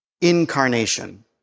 incarnation